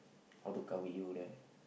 how to cover you there